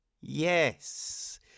yes